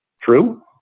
True